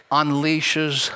unleashes